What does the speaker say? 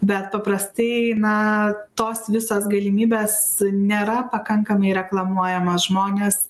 bet paprastai na tos visos galimybės nėra pakankamai reklamuojamos žmonės